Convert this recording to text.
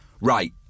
Right